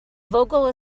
vogel